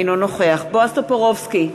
אינו נוכח בועז טופורובסקי,